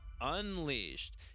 Unleashed